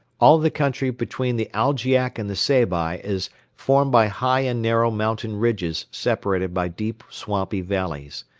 all the country between the algiak and the seybi is formed by high and narrow mountain ridges separated by deep swampy valleys.